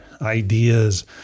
ideas